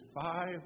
five